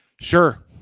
sure